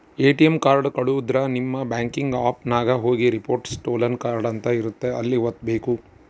ATM card ಕಳುದ್ರೆ ನಿಮ್ banking app ನಾಗ ಹೋಗಿ ರಿಪೋರ್ಟ್ ಸ್ಟೋಲನ್ ಕಾರ್ಡ್ ಅಂತ ಇರುತ್ತ ಅಲ್ಲಿ ವತ್ತ್ಬೆಕು